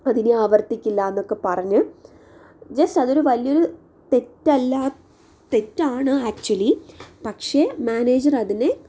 അതിനി ആവർത്തിക്കില്ലാന്നൊക്ക പറഞ്ഞു ജസ്റ്റ് അതൊരു വലിയൊരു തെറ്റല്ലാ തെറ്റാണ് ആക്ച്വലി പക്ഷേ മാനേജർ അതിന്